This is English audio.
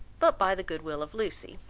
but by the good will of lucy,